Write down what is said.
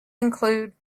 include